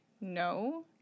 no